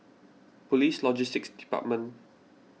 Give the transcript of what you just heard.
Police Logistics Department